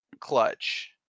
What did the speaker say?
clutch